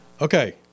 Okay